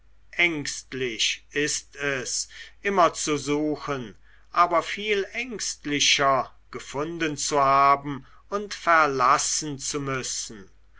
ängstlich ist es immer zu suchen aber viel ängstlicher gefunden zu haben und verlassen zu müssen